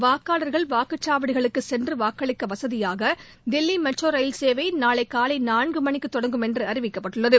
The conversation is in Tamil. வாக்காளர்கள் வாக்குச்சாவடிகளுக்கு சென்று வாக்களிக்க வசதியாக தில்வி மெட்ரோ ரயில் சேவை நாளை காலை நான்கு மணிக்கு தொடங்கும் என்று அறிவிக்கப்பட்டுள்ளது